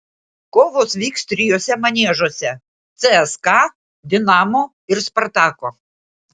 kovos vyks trijuose maniežuose cska dinamo ir spartako